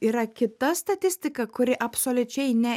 yra kita statistika kuri absoliučiai ne